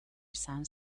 izan